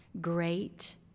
Great